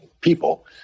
people